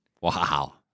Wow